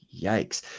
yikes